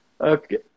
Okay